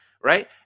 right